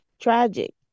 tragic